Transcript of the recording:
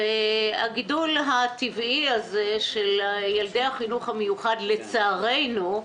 הגידול הטבעי הזה של ילדי החינוך המיוחד, לצערנו,